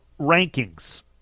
rankings